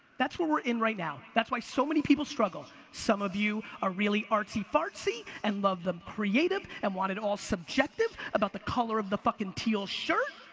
that's what we're in right now. that's why so many people struggle. some of you are really artsy fartsy and love the creative, and want it all subjective about the color of the fucking teal shirt.